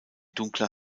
dunkler